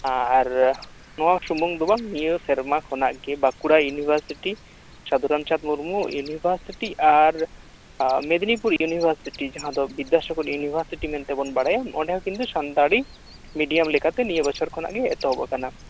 ᱟᱨ ᱱᱚᱶᱟ ᱥᱩᱢᱩᱝ ᱫᱚ ᱵᱟᱝ ᱱᱤᱭᱟᱹ ᱥᱮᱨᱢᱟ ᱠᱷᱚᱱᱟᱜ ᱜᱮ ᱵᱟᱸᱠᱩᱲᱟ ᱤᱭᱩᱱᱤᱵᱷᱟᱮᱥᱤᱴᱤ ᱥᱟᱫᱷᱩᱨᱟᱢᱪᱟᱸᱫ ᱢᱩᱨᱢᱩ ᱤᱭᱩᱱᱤᱵᱷᱟᱮᱥᱤᱴᱤ ᱟᱨ ᱢᱮᱫᱱᱤᱯᱩᱨ ᱤᱭᱩᱱᱤᱵᱷᱟᱮᱥᱤᱴᱤ ᱡᱟᱦᱟᱸ ᱫᱚ ᱵᱤᱫᱫᱟᱥᱟᱜᱚᱨ ᱤᱭᱩᱱᱤᱵᱷᱟᱮᱥᱤᱴᱤ ᱢᱮᱱ ᱛᱮᱵᱚᱱ ᱵᱟᱲᱟᱭᱟ ᱚᱸᱰᱮ ᱦᱚᱸ ᱠᱤᱱᱛᱩ ᱥᱟᱱᱛᱟᱲᱤ ᱢᱤᱰᱤᱭᱟᱢ ᱞᱮᱠᱟᱛᱮ ᱱᱤᱭᱟᱹ ᱵᱚᱪᱷᱚᱨ ᱠᱷᱚᱱᱟᱜ ᱜᱮ ᱮᱛᱚᱦᱚᱵ ᱟᱠᱟᱱᱟ